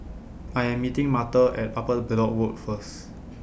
I Am meeting Martha At Upper Bedok Road First